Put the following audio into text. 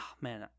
man